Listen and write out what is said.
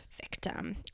victim